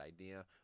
idea